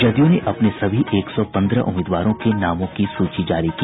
जदयू ने अपने सभी एक सौ पंद्रह उम्मीदवारों के नामों की सूची जारी की